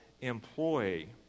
employee